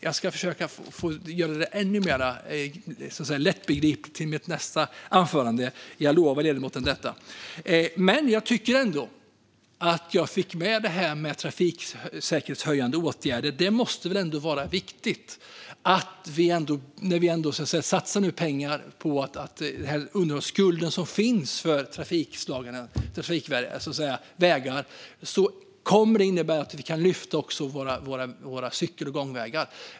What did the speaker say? Jag ska försöka att göra det ännu mer lättbegripligt till mitt nästa anförande; det lovar jag ledamoten. Jag fick också med trafiksäkerhetshöjande åtgärder. Det måste väl ändå vara viktigt att när vi nu satsar pengar på den underhållsskuld som finns för vägar kommer det att innebära att vi kan lyfta även våra cykel och gångvägar.